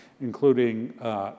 including